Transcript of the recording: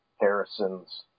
Harrison's